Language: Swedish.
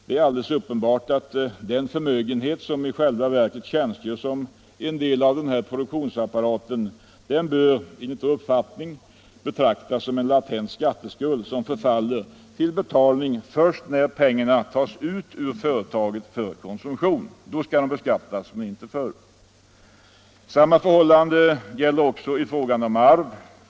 Det är alldeles uppenbart att den förmögenhet som i själva verket tjänstgör som en del av produktionsapparaten bör betraktas som en latent skatteskuld som förfaller till betalning först när pengarna tas ut ur företaget för konsumtion. Då skall den beskattas, inte förr. Samma förhållande gäller i fråga om arv.